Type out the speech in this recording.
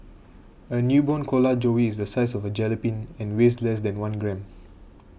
a newborn koala joey is the size of a jellybean and weighs less than one gram